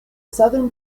southern